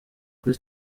kuri